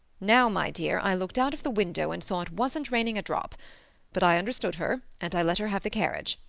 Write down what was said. now, my dear, i looked out of the window, and saw it wasn't raining a drop but i understood her, and i let her have the carriage.